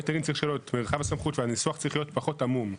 הניסוח צריך להיות פחות עמום.